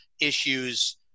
issues